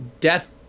Death